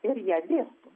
ir ja dėsto